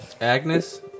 Agnes